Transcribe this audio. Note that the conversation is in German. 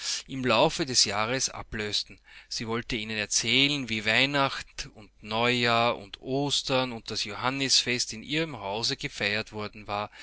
im laufe des jahres ablösten sie wollte ihnen erzählen wie weihnacht und neujahr und ostern und das johannisfest in ihrem hause gefeiertwordenwar wasfürmöbelundhausgerätsiegehabthatten